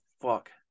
fuck